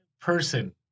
person